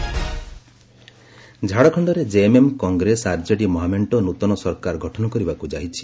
Jharkhand election ଝାଡ଼ଖଣ୍ଡରେ JMM Congress RJD ମହାମେଣ୍ଟ ନୂତନ ସରକାର ଗଠନ କରିବାକୁ ଯାଉଛି